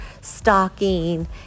stocking